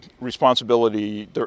responsibility